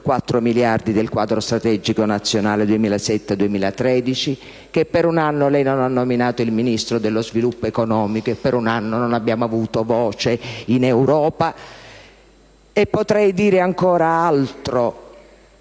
4 miliardi del quadro strategico nazionale 2007‑2013, che per un anno lei non ha nominato il Ministro dello sviluppo economico e per un anno non abbiamo avuto voce in Europa. Potrei dire ancora altro,